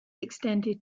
extended